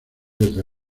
desde